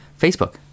Facebook